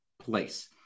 place